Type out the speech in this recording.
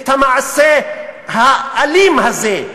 את המעשה האלים הזה,